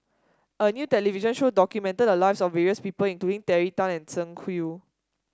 a new television show documented the lives of various people including Terry Tan and Tsung Yeh